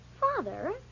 Father